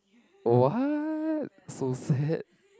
what so sad